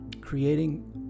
creating